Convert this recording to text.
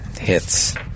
hits